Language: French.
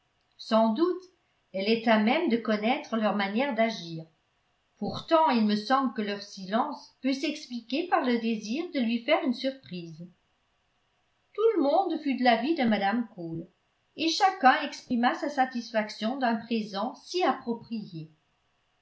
sans doute elle est à même de connaître leur manière d'agir pourtant il me semble que leur silence peut s'expliquer par le désir de lui faire une surprise tout le monde fut de l'avis de mme cole et chacun exprima sa satisfaction d'un présent si approprié